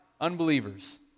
unbelievers